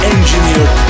Engineered